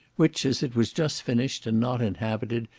which, as it was just finished, and not inhabited,